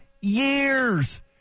years